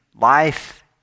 life